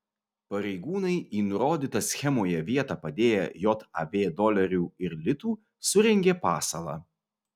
pareigūnai į nurodytą schemoje vietą padėję jav dolerių ir litų surengė pasalą